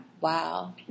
Wow